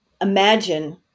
imagine